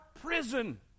prison